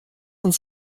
uns